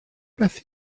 beth